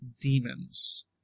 demons